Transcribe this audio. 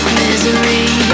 misery